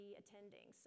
attending